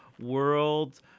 World